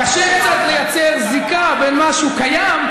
קשה קצת לייצר זיקה בין מה שהוא קיים,